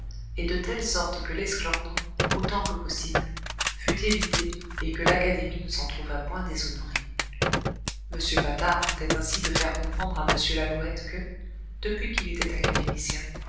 et de telle sorte que l'esclandre autant que possible fût évité et que l'académie ne s'en trouvât point déshonorée m patard tentait ainsi de faire comprendre à m lalouette que depuis qu'il était académicien